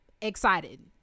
excited